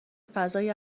فضای